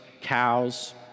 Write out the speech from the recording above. cows